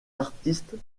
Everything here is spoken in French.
artistes